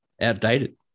outdated